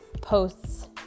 posts